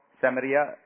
Samaria